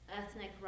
ethnic